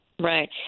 Right